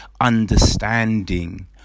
understanding